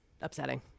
upsetting